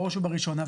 בראש ובראשונה,